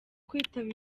kwitaba